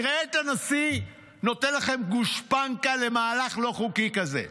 נראה את הנשיא נותן לכם גושפנקה למהלך לא חוקי כזה.